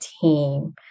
team